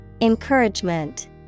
Encouragement